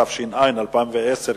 התש"ע 2010,